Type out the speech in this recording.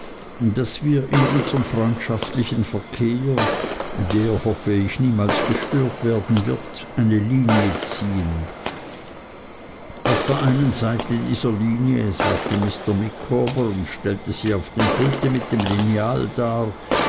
daß wir in unserm freundschaftlichen verkehr der hoffe ich niemals gestört werden wird eine linie ziehen auf der einen seite dieser linie sagte mr micawber und stellte sie auf dem pulte mit dem lineal dar